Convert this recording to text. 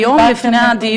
היום, לפני הדיון?